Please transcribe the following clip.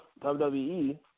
WWE